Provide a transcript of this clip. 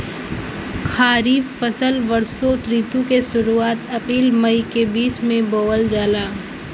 खरीफ फसल वषोॅ ऋतु के शुरुआत, अपृल मई के बीच में बोवल जाला